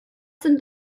sind